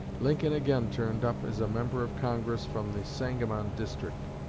lincoln again turned up as a member of congress from the sangamon district.